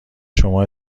شما